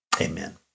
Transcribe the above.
Amen